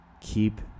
keep